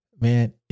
man